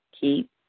Keep